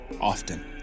often